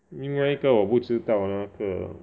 另外一个我不知道那个